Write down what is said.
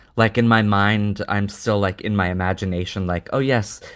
like in my mind, i'm still like in my imagination, like, oh yes,